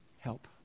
Help